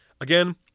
Again